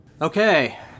Okay